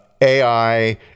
AI